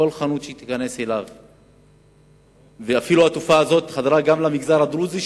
התופעה הזאת חדרה אפילו למגזר הדרוזי,